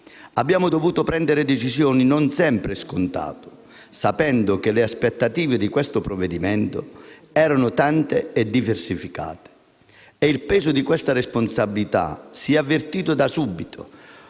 Abbiamo dovuto prendere decisioni non sempre scontate, sapendo che le aspettative su questo provvedimento erano tante e diversificate. E il peso di questa responsabilità si e avvertito da subito,